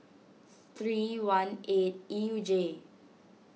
three one eight E U J